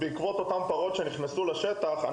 בעקבות אותן פרות שנכנסו לשטח,